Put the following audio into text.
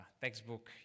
textbook